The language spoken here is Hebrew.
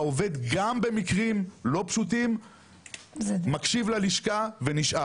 העובד גם במקרים לא פשוטים מקשיב ללשכה ונשאר.